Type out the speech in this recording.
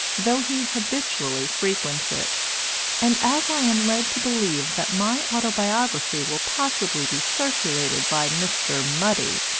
though he habitually frequents it and as i am led to believe that my autobiography will possibly be circulated by mr. mudie,